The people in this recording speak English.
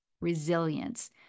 resilience